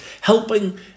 Helping